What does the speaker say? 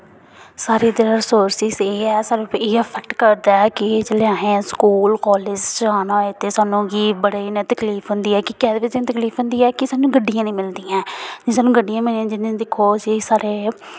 साढ़े इद्धर रिसोर्सेज एह् ऐ सिर्फ इ'यै एफर्ट करदा ऐ कि जेल्लै अहें स्कूल कॉलेज जाना होऐ ते सानूं की बड़ी नै तकलीफ होंदी ऐ कि केह्दे बजह् नै तकलीफ होंदी ऐ कि सानूं गड्डियां निं मिलदियां ऐं ते सानूं गड्डियां मिली दियां जि'यां दिक्खो इसी सारे